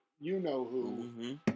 you-know-who